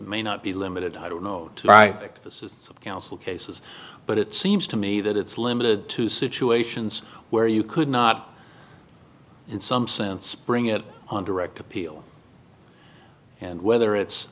may not be limited i don't know right this is of counsel cases but it seems to me that it's limited to situations where you could not in some sense bring it on direct appeal and whether it's